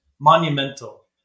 monumental